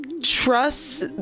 Trust